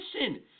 listen